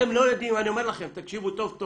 אני אומר לכם, תקשיבו טוב-טוב,